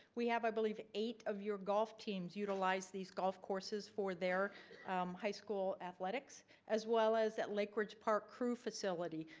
we have i believe eight of your golf teams utilize these golf courses for their high school athletics as well as at lake ridge park crew facility,